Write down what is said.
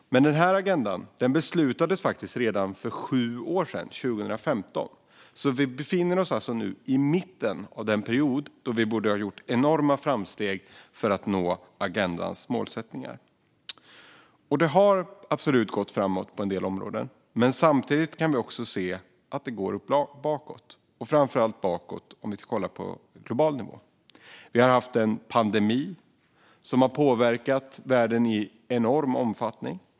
Men agendan beslutades faktiskt redan för sju år sedan, 2015. Vi befinner oss alltså nu i mitten av den period då vi borde göra enorma framsteg för att nå agendans målsättningar. Det har absolut gått framåt på en del områden, men samtidigt kan vi se att det går bakåt, framför allt på global nivå. Vi har haft en pandemi som har påverkat världen i enorm omfattning.